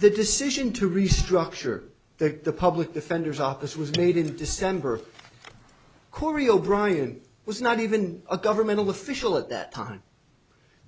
the decision to restructure the public defender's office was made in december choreo brian was not even a government official at that time